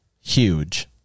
huge